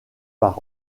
par